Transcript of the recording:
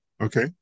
Okay